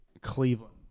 Cleveland